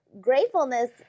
gratefulness